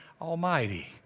Almighty